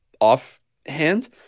offhand